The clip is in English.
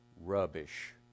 rubbish